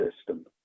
system